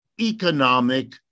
economic